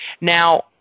Now